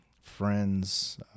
friends